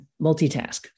multitask